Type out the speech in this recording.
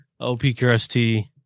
OPQRST